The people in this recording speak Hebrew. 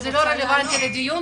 זה לא רלוונטי לדיון.